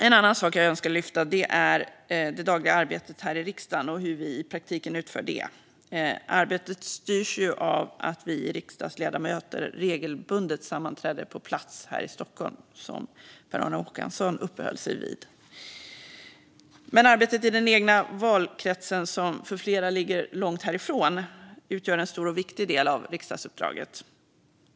En annan sak jag önskar lyfta upp är det dagliga arbetet här i riksdagen och hur vi i praktiken utför det. Arbetet styrs av att vi riksdagsledamöter regelbundet sammanträder på plats i Stockholm, något som även Per-Arne Håkansson uppehöll sig vid. Men arbetet i den egna valkretsen, som för flera ligger långt härifrån, utgör en stor och viktig del av riksdagsuppdraget.